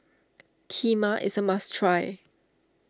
Kheema is a must try